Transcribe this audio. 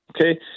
Okay